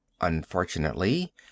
Unfortunately